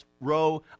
row